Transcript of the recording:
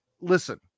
listen